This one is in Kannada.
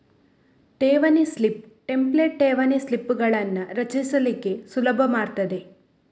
ಠೇವಣಿ ಸ್ಲಿಪ್ ಟೆಂಪ್ಲೇಟ್ ಠೇವಣಿ ಸ್ಲಿಪ್ಪುಗಳನ್ನ ರಚಿಸ್ಲಿಕ್ಕೆ ಸುಲಭ ಮಾಡ್ತದೆ